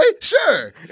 Sure